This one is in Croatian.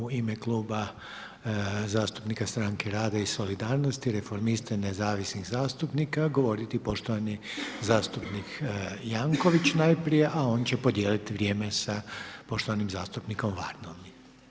Sada će u ime kluba zastupnika Stranke rada i solidarnosti, reformista nezavisnih zastupnika govoriti poštovani zastupnik Jankovics najprije, a on će podijeliti vrijeme sa poštovanim zastupnikom Vardom.